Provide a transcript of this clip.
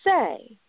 say